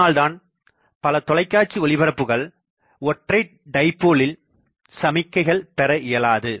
அதனால்தான் பல தொலைக்காட்சி ஒளிபரப்புகள் ஒற்றை டைபோலில் சமிக்கைகள் பெற இயலாது